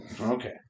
okay